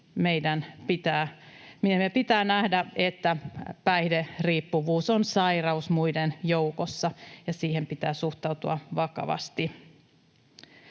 Meidän pitää nähdä, että päihderiippuvuus on sairaus muiden joukossa, ja siihen pitää suhtautua vakavasti.